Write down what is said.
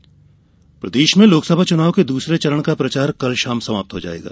चुनाव प्रचार प्रदेश में लोकसभा चुनाव के दूसरे चरण का प्रचार कल शाम समाप्त हो जायेगा